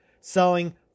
selling